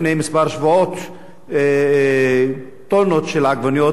טונות של עגבניות נזרקו כדי לשמור על רמת המחירים בשוק,